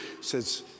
says